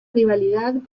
rivalidad